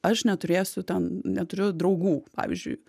aš neturėsiu ten neturiu draugų pavyzdžiui